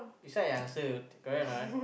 decide I answer correct or not